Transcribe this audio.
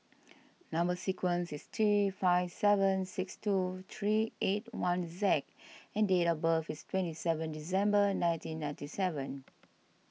Number Sequence is T five seven six two three eight one Z and date of birth is twenty seven December nineteen ninety seven